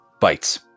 bites